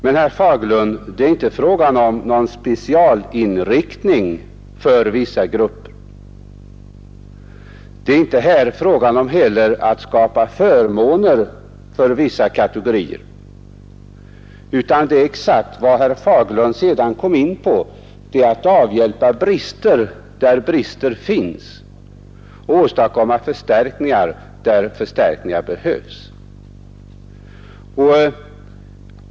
Men, herr Fagerlund, det är här inte fråga om någon specialinriktning för vissa grupper, och inte heller rör det sig om att skapa förmåner för vissa katagorier, utan det är exakt fråga om vad herr Fagerlund också var inne på, nämligen att avhjälpa brister där sådana finns och åstadkomma förstärkningarna där det behövs.